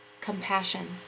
compassion